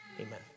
Amen